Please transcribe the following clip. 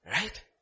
Right